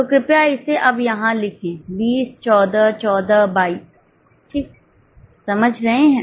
तो कृपया इसे अब यहाँ लिखें 20 14 14 22 ठीक समझ रहे हैं